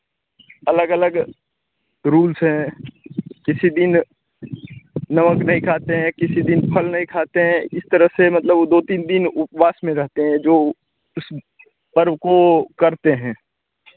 अलग अलग रूल्स है किसी दिन नमक नहीं खाते है किसी दिन फल नहीं खाते हैं इस तरह से मतलब वह दो तीन दिन उपवास में रहते हैं जो इस पर्व को करते हैं